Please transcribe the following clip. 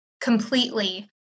Completely